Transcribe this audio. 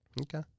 Okay